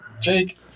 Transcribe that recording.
Jake